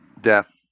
death